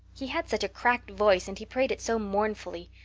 he had such a cracked voice and he prayed it so mournfully.